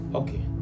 okay